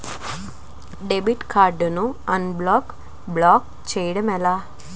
Debit card ను unblock block చేయటం ఎలా?